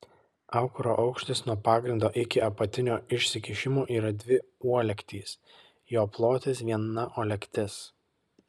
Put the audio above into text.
aukuro aukštis nuo pagrindo iki apatinio išsikišimo yra dvi uolektys jo plotis viena uolektis